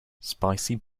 spicy